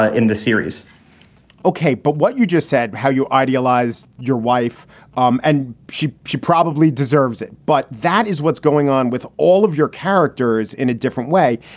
ah in the series ok, but what you just said, how you idealize your wife um and she she probably deserves it, but that is what's going on with all of your characters in a different way.